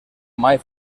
mai